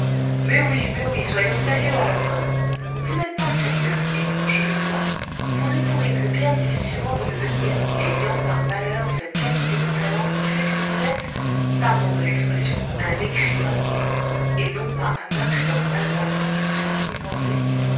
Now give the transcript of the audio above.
mais oui mais oui soyons sérieux à la fin vous n'êtes pas sérieux et je le vois vous ne pourrez que bien difficilement le devenir ayant par malheur cette qualité de talent qui fait que vous êtes pardon de l'expression un écrivain et non pas un impudent malvat sans conscience ni pensée